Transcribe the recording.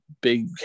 big